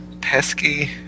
pesky